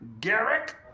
Garrick